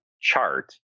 chart